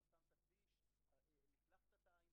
שאין שם מנהל עבודה,